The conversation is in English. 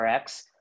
RX